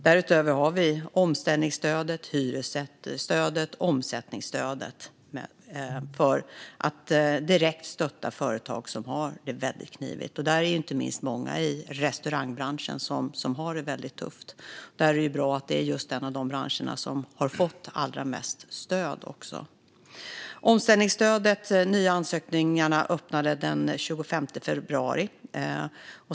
Därutöver har vi omställningsstödet, hyresstödet och omsättningsstödet för att direkt stötta företag som har det väldigt knivigt. Inte minst i restaurangbranschen är det många som har det väldigt tufft, och det är bra att detta också är en av de branscher som har fått allra mest stöd. När det gäller omställningsstödet öppnades det för nya ansökningar den 25 februari.